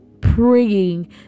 praying